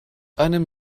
einem